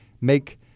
make